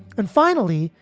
and finally,